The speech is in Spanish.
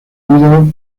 unidos